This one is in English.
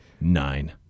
nine